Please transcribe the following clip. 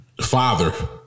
Father